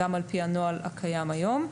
גם על פי הנוהל הקיים היום,